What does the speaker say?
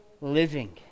living